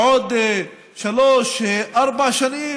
עוד שלוש-ארבע שנים,